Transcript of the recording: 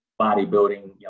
bodybuilding